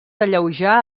alleujar